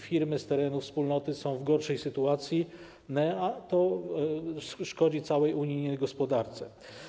Firmy z terenów Wspólnoty są w gorszej sytuacji, a to szkodzi całej unijnej gospodarce.